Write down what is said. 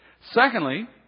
Secondly